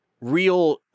real